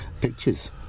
pictures